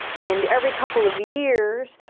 and every couple of years,